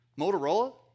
Motorola